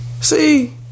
See